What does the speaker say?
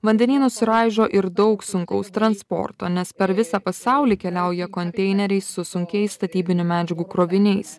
vandenynus raižo ir daug sunkaus transporto nes per visą pasaulį keliauja konteineriai su sunkiais statybinių medžiagų kroviniais